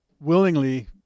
willingly